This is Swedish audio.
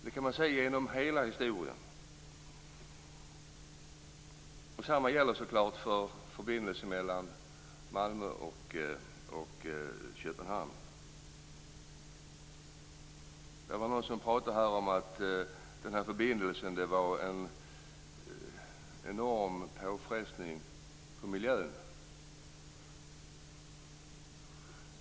Det kan man se genom hela historien. Detsamma gäller så klart för förbindelsen mellan Det var någon som pratade här om att förbindelsen innebar en enorm påfrestning på miljön.